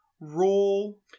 Roll